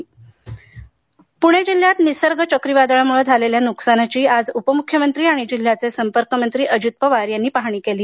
निसर्ग पुणे जिल्ह्यात निसर्ग चक्रीवादळामुळे झालेल्या नुकसानाची आज उपमुख्यमंत्री आणि जिल्ह्याचे संपर्क मंत्री अजित पवार यांनी पाहाणी केली